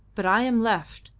but i am left,